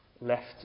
left